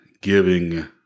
giving